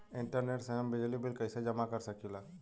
Internet से हम बिजली बिल कइसे जमा कर सकी ला?